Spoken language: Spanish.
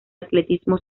atletismo